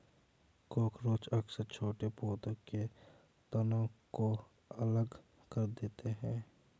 cockroach अक्सर छोटे पौधों के तनों को अलग कर देते हैं